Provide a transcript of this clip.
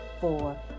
four